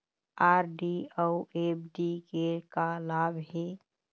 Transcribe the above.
RD अऊ FD के का लाभ हे?